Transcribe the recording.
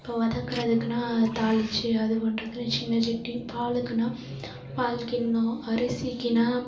இப்போது வதக்குறதுக்குனால் தாளிச்சு அது பண்ணுறதுக்கு சின்ன சட்டி பாலுக்குன்னால் பால் கிண்ணம் அரிசிக்கின்னால்